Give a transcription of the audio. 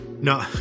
No